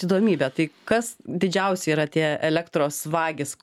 įdomybę tai kas didžiausi yra tie elektros vagys